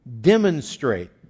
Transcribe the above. demonstrate